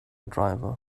driver